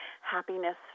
Happiness